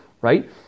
right